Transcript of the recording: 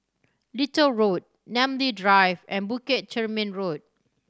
Little Road Namly Drive and Bukit Chermin Road